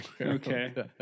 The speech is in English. Okay